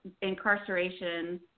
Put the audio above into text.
incarceration